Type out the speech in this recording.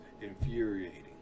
infuriating